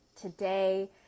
today